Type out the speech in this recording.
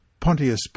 Pontius